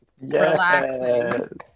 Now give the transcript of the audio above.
Relaxing